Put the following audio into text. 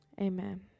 Amen